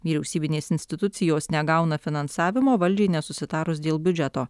vyriausybinės institucijos negauna finansavimo valdžiai nesusitarus dėl biudžeto